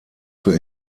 für